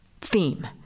theme